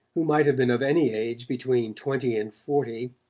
who might have been of any age between twenty and forty,